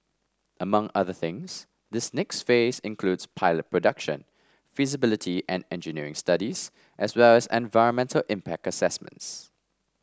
among other things this next phase includes pilot production feasibility and engineering studies as well as environmental impact assessments